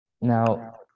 Now